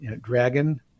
dragon